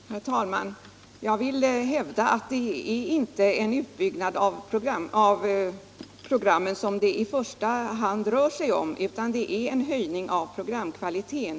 Herr talman! Jag vill hävda att det inte i första hand är en utbyggnad av programverksamheten som det här rör sig om, utan det är en höjning av programkvaliteten.